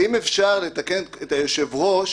ואם אפשר לתקן את היושב ראש